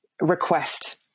request